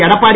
Edappadi